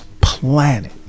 planet